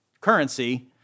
currency